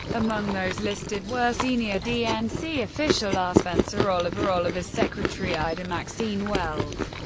among those listed were senior dnc official r. spencer oliver, oliver's secretary ida maxine wells,